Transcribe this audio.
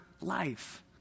life